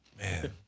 man